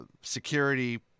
security